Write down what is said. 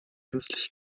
künstliche